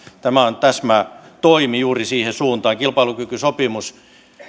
tämä on täsmätoimi juuri siihen suuntaan kilpailukykysopimus